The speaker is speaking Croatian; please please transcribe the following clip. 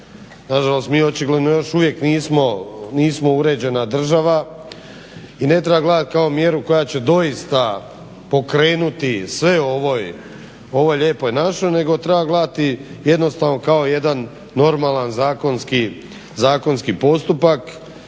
očigledno još uvijek nismo uređena država i ne treba gledati kao mjeru koja će doista pokrenuti sve u ovoj Lijepoj našoj nego treba gledati jednostavno kao jedan normalan zakonski postupak.